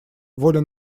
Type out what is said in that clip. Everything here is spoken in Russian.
воля